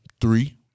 Three